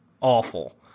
awful